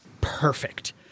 Perfect